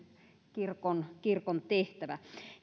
kirkon kirkon tehtävä